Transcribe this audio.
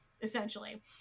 Essentially